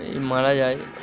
এ মারা যায়